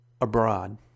abroad